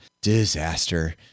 Disaster